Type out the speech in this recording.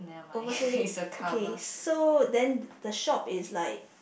overhead okay so then the shop is like